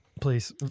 Please